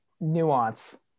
nuance